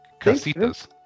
casitas